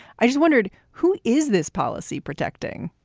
i just wondered who is this policy protecting?